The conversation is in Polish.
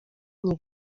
nie